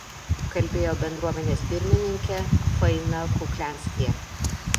kalbėjo bendruomenės pirmininkė faina kuklianskyje